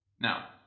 Now